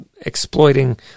exploiting